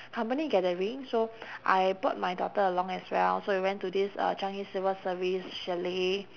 company gathering so I brought my daughter along as well so we went to this uh changi civil service chalet